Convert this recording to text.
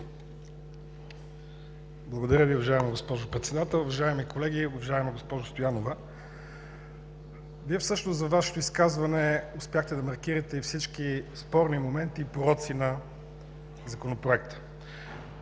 Благодаря Ви, уважаема госпожо Председател. Уважаеми колеги! Уважаема госпожо Стоянова, във Вашето изказване успяхте да маркирате всички спорни моменти и пороци на Законопроекта.